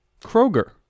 Kroger